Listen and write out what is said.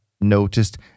noticed